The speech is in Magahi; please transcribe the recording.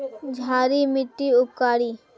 क्षारी मिट्टी उपकारी?